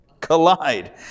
collide